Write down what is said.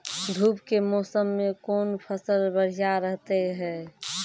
धूप के मौसम मे कौन फसल बढ़िया रहतै हैं?